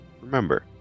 Remember